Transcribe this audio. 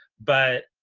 but